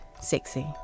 sexy